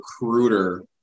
recruiter